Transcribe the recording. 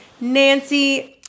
Nancy